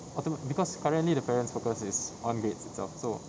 automa~ because currently the parents' focus is on grades itself so